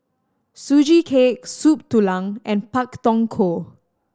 Sugee Cake Soup Tulang and Pak Thong Ko